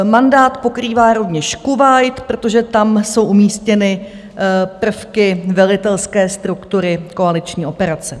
Mandát pokrývá rovněž Kuvajt, protože tam jsou umístěny prvky velitelské struktury koaliční operace.